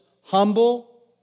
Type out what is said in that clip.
humble